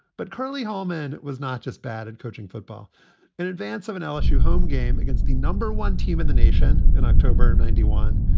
but curley holman was not just bad at coaching football in advance of an lsu home game against the number one team in the nation in october ninety one.